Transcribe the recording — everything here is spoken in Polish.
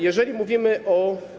Jeżeli mówimy o.